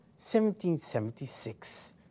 1776